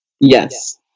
Yes